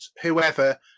whoever